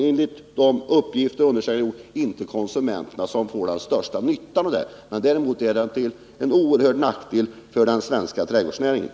Enligt de undersökningar som har gjorts är det som sagt var inte konsumenterna som får den största nyttan av sådan import. Däremot är den till oerhörd nackdel för den svenska trädgårdsnäringen.